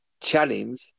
challenge